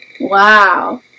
Wow